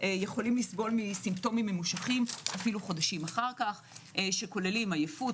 יכולים לסבול מסימפטומים ממושכים אפילו חודשים אחר כך שכוללים עייפות,